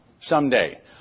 someday